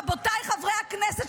רבותיי חברי הכנסת,